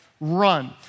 run